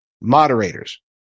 moderators